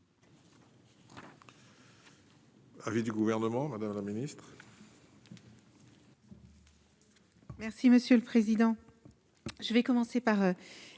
Merci